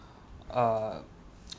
err